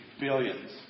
billions